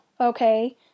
Okay